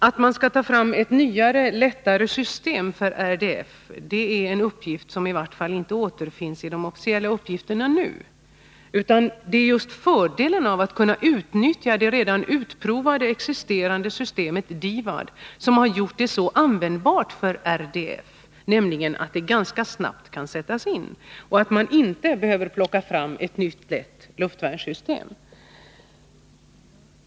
Att man skall ta fram ett nyare, lättare system för RDF är en uppgift som i varje fall nu inte återfinns bland de officiella uppgifterna. Fördelen med DIVAD är just att det redan är utprovat och existerar. Det som gjort det så användbart för RDF är att det ganska snabbt kan sättas in och att man då inte behöver plocka fram ett nytt, lätt luftvärnssystem.